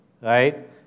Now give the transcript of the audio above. right